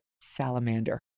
Salamander